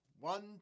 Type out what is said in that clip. One